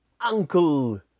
Uncle